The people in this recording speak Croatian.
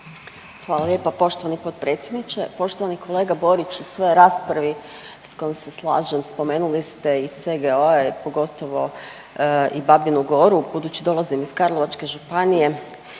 Hvala lijepa poštovani potpredsjedniče. Poštovani kolega Borić u svojoj raspravi sa kojom se slažem spomenuli ste i CGO-e pogotovo i Babinu Goru. Budući da dolazim iz Karlovačke županije